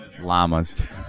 llamas